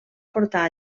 portar